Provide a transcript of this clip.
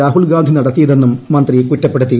രാഹുൽഗാന്ധി നടത്തിയതെന്നും മന്ത്രി കുറ്റപ്പെടുത്തി